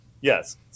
Yes